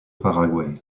paraguay